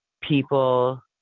people